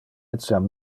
etiam